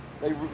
They-